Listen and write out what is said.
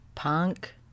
punk